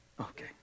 Okay